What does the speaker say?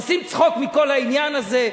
עושים צחוק מכל העניין הזה,